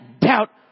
Doubt